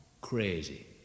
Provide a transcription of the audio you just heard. Crazy